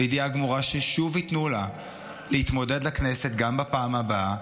בידיעה גמורה ששוב ייתנו לה להתמודד לכנסת גם בפעם הבאה,